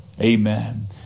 Amen